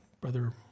Brother